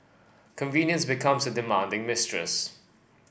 convenience becomes a demanding mistress